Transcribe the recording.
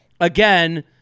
again